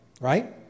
right